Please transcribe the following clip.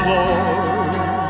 Lord